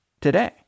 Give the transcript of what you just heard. today